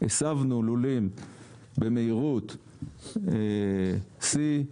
הסבנו לולים במהירות שיא,